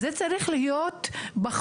זה צריך להיות בחוק.